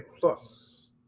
Plus